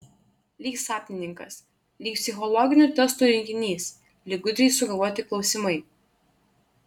lyg sapnininkas lyg psichologinių testų rinkinys lyg gudriai sugalvoti klausimai